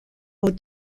aux